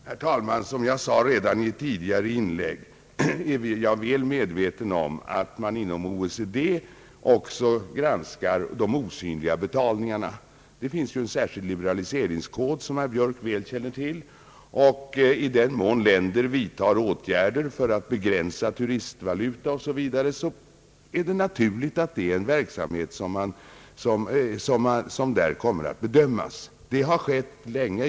Herr talman! Som jag sade redan i ett tidigare inlägg är jag väl medveten om att man inom OECD också granskar de osynliga betalningarna. Det finns ju en särskild liberaliseringskod, som herr Björk väl känner till. I den mån länder vidtar åtgärder för att begränsa turistvalutan m.m., är det naturligt att en sådan verksamhet där kommer att bedömas. Så har skett länge.